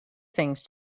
things